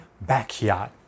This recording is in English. backyard